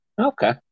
Okay